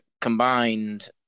combined